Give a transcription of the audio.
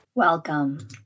Welcome